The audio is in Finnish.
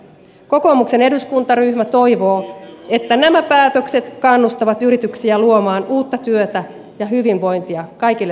kokoomuksen eduskuntaryhmä toivoo että nämä päätökset kannustavat yrityksiä luomaan uutta työtä ja hyvinvointia kaikille suomalaisille